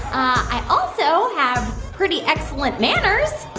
i also have pretty excellent manners,